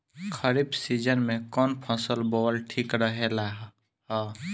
खरीफ़ season में कौन फसल बोअल ठिक रहेला ह?